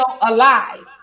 alive